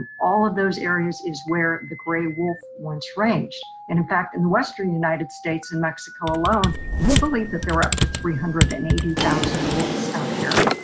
all of those areas is where the gray wolf once ranged. in in fact, in the western united states and mexico alone, it's believed that they're up to three hundred and eighty thousand wolves out here.